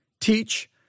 teach